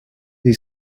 they